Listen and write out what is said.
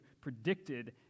predicted